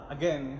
Again